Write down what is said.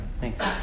thanks